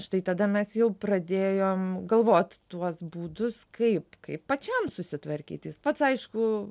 štai tada mes jau pradėjom galvot tuos būdus kaip kaip pačiam susitvarkyti jis pats aišku